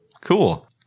Cool